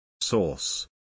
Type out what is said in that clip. Source